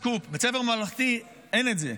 סקופ: בבית ספר ממלכתי אין את זה,